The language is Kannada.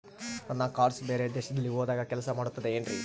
ನನ್ನ ಕಾರ್ಡ್ಸ್ ಬೇರೆ ದೇಶದಲ್ಲಿ ಹೋದಾಗ ಕೆಲಸ ಮಾಡುತ್ತದೆ ಏನ್ರಿ?